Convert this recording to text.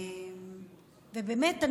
באמת,